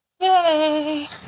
Yay